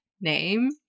name